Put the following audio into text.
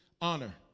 honor